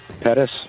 Pettis